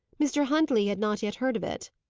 mr. huntley had not yet heard of it.